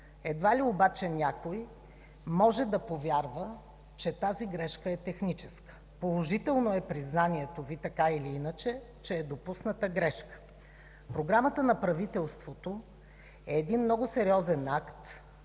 Едва ли обаче някой може да повярва, че тази грешка е техническа. Положително е признанието Ви, така или иначе, че е допусната грешка. Програмата на правителството е много сериозен акт,